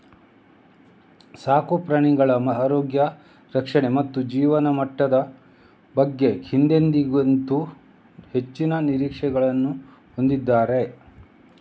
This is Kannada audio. ಸಾಕು ಪ್ರಾಣಿಗಳ ಆರೋಗ್ಯ ರಕ್ಷಣೆ ಮತ್ತು ಜೀವನಮಟ್ಟದ ಬಗ್ಗೆ ಹಿಂದೆಂದಿಗಿಂತಲೂ ಹೆಚ್ಚಿನ ನಿರೀಕ್ಷೆಗಳನ್ನು ಹೊಂದಿದ್ದಾರೆ